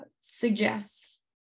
suggests